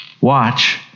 watch